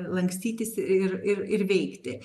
lankstytis ir ir veikti